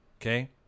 Okay